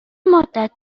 مدت